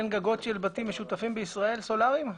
אין גגות של בתים משותפים בישראלים סולריים?